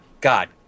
God